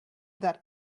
that